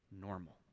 normal